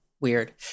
Weird